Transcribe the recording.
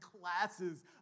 classes